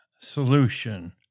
solution